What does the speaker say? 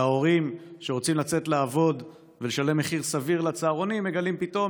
וההורים שרוצים לצאת לעבוד ולשלם מחיר סביר על צהרונים מגלים פתאום